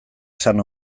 esan